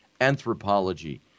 anthropology